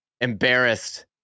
Embarrassed